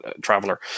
traveler